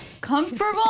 comfortable